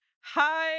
Hi